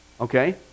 Okay